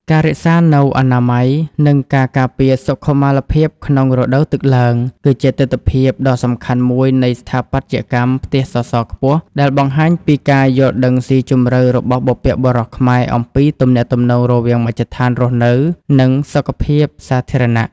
ការរក្សានូវអនាម័យ និងការការពារសុខុមាលភាពក្នុងរដូវទឹកឡើង គឺជាទិដ្ឋភាពដ៏សំខាន់មួយនៃស្ថាបត្យកម្មផ្ទះសសរខ្ពស់ ដែលបង្ហាញពីការយល់ដឹងស៊ីជម្រៅរបស់បុព្វបុរសខ្មែរអំពីទំនាក់ទំនងរវាងមជ្ឈដ្ឋានរស់នៅ និងសុខភាពសាធារណៈ។